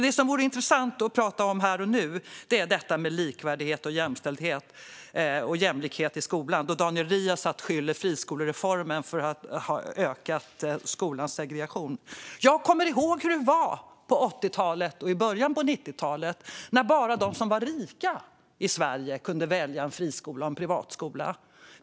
Det som vore intressant att prata om här och nu är detta med likvärdighet, jämställdhet och jämlikhet i skolan då Daniel Riazat skyller friskolereformen för att ha ökat skolans segregation. Jag kommer ihåg hur det var på 80-talet och i början på 90-talet när bara de som var rika i Sverige kunde välja en friskola och en privatskola.